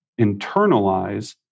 internalize